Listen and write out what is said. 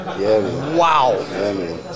Wow